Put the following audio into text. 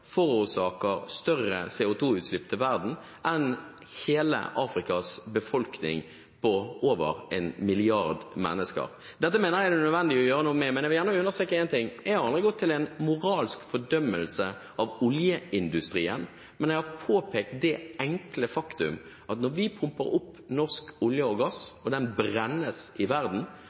forårsaker større CO2-utslipp i verden enn hele Afrikas befolkning på over 1 milliard mennesker. Dette mener jeg det er nødvendig å gjøre noe med, men jeg vil gjerne understreke en ting: Jeg har aldri gått til noen moralsk fordømmelse av oljeindustrien, men jeg har påpekt det enkle faktum at når vi pumper opp norsk olje og gass, som brennes ute i verden,